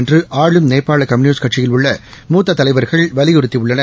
என்றுஆளும் நேபாளகம்யூனிஸ்ட் கட்சியில் உள்ள மூத்ததலைவர்கள் வலியுறுத்தியுள்ளனர்